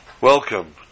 Welcome